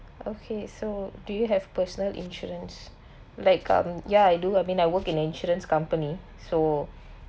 okay so do you have personal insurance like um yeah I do I mean I work in insurance company so